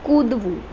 કૂદવું